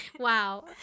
wow